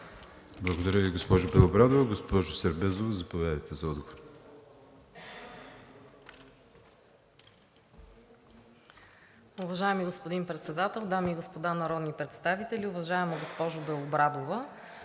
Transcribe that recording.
Благодаря Ви, госпожо Белобрадова. Госпожо Сербезова, заповядайте за отговор.